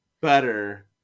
better